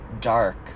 dark